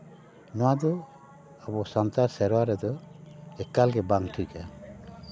ᱱᱚᱣᱟ ᱫᱚ ᱟᱵᱚ ᱥᱟᱱᱛᱟᱲ ᱥᱮᱨᱣᱟ ᱨᱮᱫᱚ ᱮᱠᱟᱞ ᱜᱮ ᱵᱟᱝ ᱴᱷᱤᱠᱟ